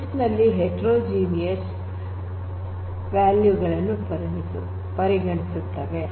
list heterogeneous value ಗಳನ್ನು ಪರಿಗಣಿಸುತ್ತವೆ